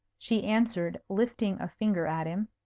she answered, lifting a finger at him.